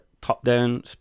top-down